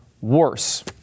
worse